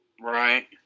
Right